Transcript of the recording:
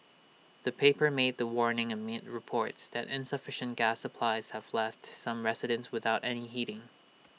the paper made the warning amid reports that insufficient gas supplies have left some residents without any heating